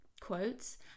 quotes